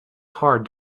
hard